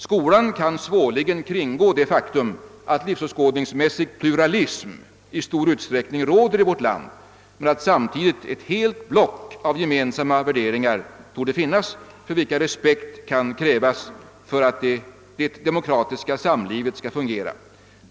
Skolan kan svårligen kringgå det faktum, att livsåskådningsmässig pluralism i stor utsträckning råder i vårt land, men att samtidigt ett helt block av gemensamma värderingar torde finnas, för vilka respekt kan krävas för att det demokratiska samlivet skall fungera.